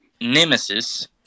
Nemesis